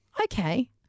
Okay